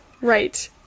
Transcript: Right